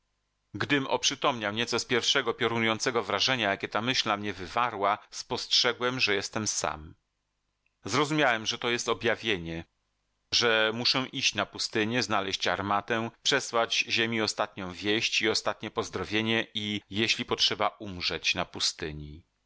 gdym oprzytomniał nieco z pierwszego piorunującego wrażenia jakie ta myśl na mnie wywarła spostrzegłem że jestem sam zrozumiałem że to jest objawienie że muszę iść na pustynię znaleść armatę przesłać ziemi ostatnią wieść i ostatnie pozdrowienie i jeśli potrzeba umrzeć na pustyni